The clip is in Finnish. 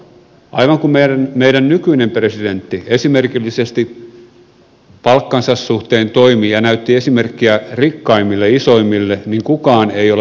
aivan kuin meidän nykyinen presidentti esimerkillisesti palkkansa suhteen toimi ja näytti esimerkkiä rikkaimmille isoimmille niin kukaan ei ole presidenttiä seurannut